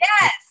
yes